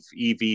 EV